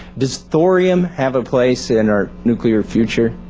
does thorium have a place in our nuclear future?